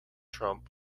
trump